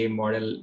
model